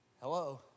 Hello